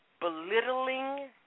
belittling